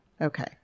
Okay